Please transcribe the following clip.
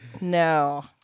No